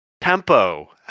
tempo